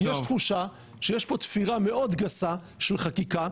יש תחושה שיש פה תפירה מאוד גסה של חקיקה,